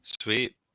Sweet